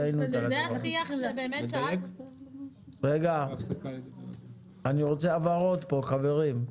אני רוצה הבהרות פה, חברים.